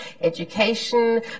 education